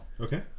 Okay